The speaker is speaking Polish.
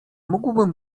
mógłbym